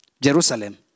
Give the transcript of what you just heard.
Jerusalem